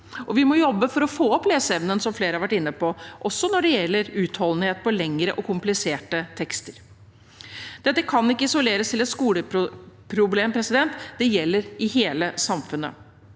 vi må jobbe for å få opp leseevnen, som flere har vært inne på, også når det gjelder utholdenhet på lengre og kompliserte tekster. Dette kan ikke isoleres til et skoleproblem. Det gjelder i hele samfunnet.